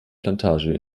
plantage